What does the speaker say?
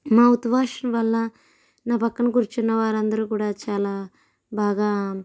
mouth wash వల్ల నా పక్కన కూర్చున్న వారందరూ కూడా చాలా బాగా